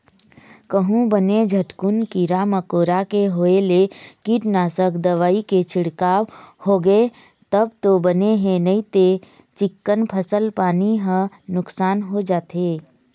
कहूँ बने झटकुन कीरा मकोरा के होय ले कीटनासक दवई के छिड़काव होगे तब तो बने हे नइते चिक्कन फसल पानी ह नुकसान हो जाथे